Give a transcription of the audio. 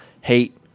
hate